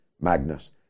Magnus